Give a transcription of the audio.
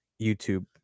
YouTube